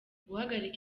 guhagarika